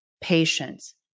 patience